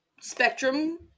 spectrum